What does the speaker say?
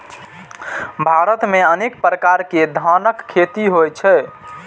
भारत मे अनेक प्रकार के धानक खेती होइ छै